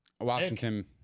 Washington